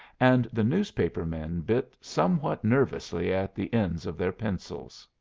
and the newspaper men bit somewhat nervously at the ends of their pencils.